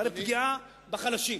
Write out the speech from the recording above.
זאת הרי פגיעה בחלשים.